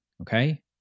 okay